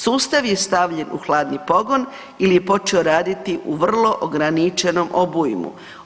Sustav je stavljen u hladni pogon ili je počeo raditi u vrlo ograničenom obujmu.